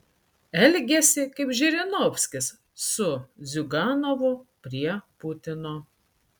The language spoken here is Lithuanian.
elgiasi kaip žirinovskis su ziuganovu prie putino